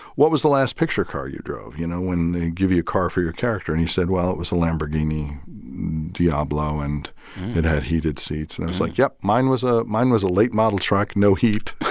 what was the last picture car you drove? you know, when they give you a car for your character. and he said, well, it was a lamborghini diablo, and it had heated seats. and i was like, yep, mine was ah mine was a late-model truck, no heat,